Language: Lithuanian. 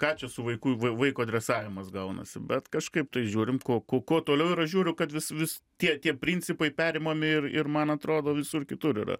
ką čia su vaiku vai vaiko dresavimas gaunasi bet kažkaip tai žiūrim ko kuo toliau ir aš žiūriu kad vis vis tie tie principai perimami ir ir man atrodo visur kitur yra